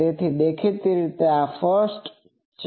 તેથી દેખીતી રીતે આ 1 છે